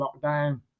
lockdown